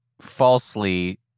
falsely